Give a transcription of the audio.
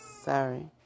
sorry